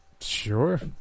sure